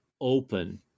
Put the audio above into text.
open